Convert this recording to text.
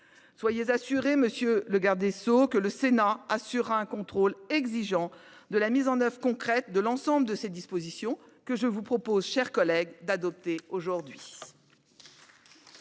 Soyez assuré, monsieur le garde des sceaux, que le Sénat exercera un contrôle exigeant sur la mise en œuvre concrète de l’ensemble de ces dispositions que je vous propose, mes chers collègues, d’adopter aujourd’hui.